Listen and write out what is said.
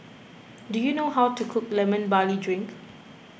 do you know how to cook Lemon Barley Drink